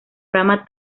rama